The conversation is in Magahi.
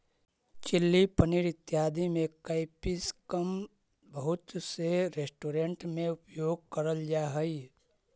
चिली पनीर इत्यादि में कैप्सिकम बहुत से रेस्टोरेंट में उपयोग करल जा हई